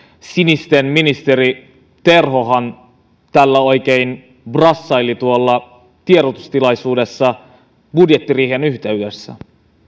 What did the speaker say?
sinisten ministeri terhohan tällä oikein brassaili tiedotustilaisuudessa budjettiriihen yhteydessä